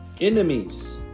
enemies